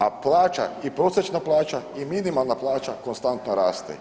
A plaća i prosječna plaća i minimalna plaća konstantno raste.